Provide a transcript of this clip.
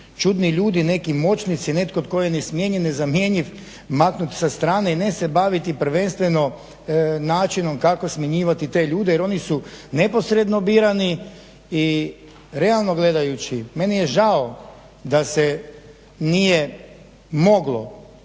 čudni ljudi, neki moćnici, netko tko je nesmjenjiv, nezamjenjiv, maknut sa strane i ne se baviti prvenstveno načinom kako smjenjivati te ljude, jer oni su neposredno birani i realno gledajući meni je žao da se nije moglo